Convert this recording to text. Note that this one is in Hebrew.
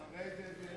מי אחרי כן?